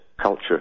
culture